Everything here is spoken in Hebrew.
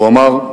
הוא אמר: